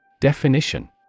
Definition